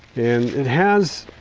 and it has